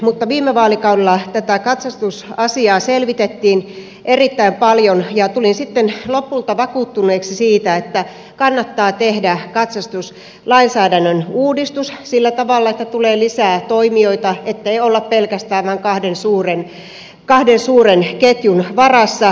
mutta viime vaalikaudella tätä katsastusasiaa selvitettiin erittäin paljon ja tulin sitten lopulta vakuuttuneeksi siitä että kannattaa tehdä katsastuslainsäädännön uudistus sillä tavalla että tulee lisää toimijoita ettei olla pelkästään kahden suuren ketjun varassa